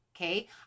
Okay